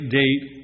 date